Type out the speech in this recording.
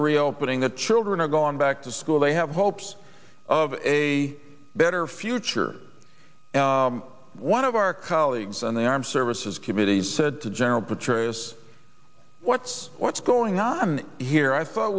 are reopening the children are going back to school they have hopes of a better future and one of our colleagues on the armed services committee said general petraeus what's what's going on here i thought